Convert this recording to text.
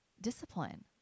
discipline